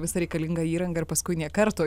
visą reikalingą įrangą ir paskui nė karto